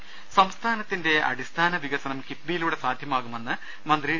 ് സംസ്ഥാനത്തിന്റെ അടിസ്ഥാന വികസനം ക്യിഫ്ബിയിലൂടെ സാധ്യമാകുമെന്ന് മന്ത്രി ഡോ